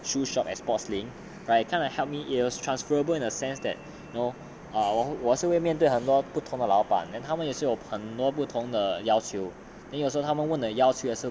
shoe shop at sportslink right kind of help me it has transferable in a sense that you know no err 我是会面对很多不同的老板 and 他们也是有很多不同的要求 then 有时候他们问的要求